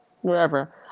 wherever